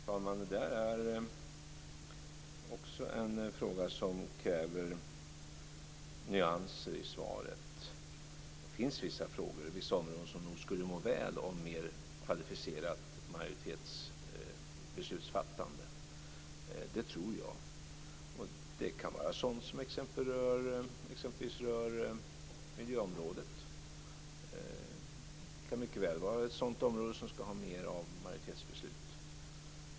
Fru talman! Det där är också en fråga som kräver nyanser i svaret. Det finns vissa områden som skulle må väl av mer beslutsfattande med kvalificerad majoritet. Det tror jag. Det kan vara sådant som exempelvis rör miljöområdet. Det kan mycket väl vara ett sådant område som ska ha mera av majoritetsbeslut.